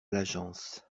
l’agence